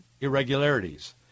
irregularities